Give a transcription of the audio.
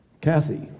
Kathy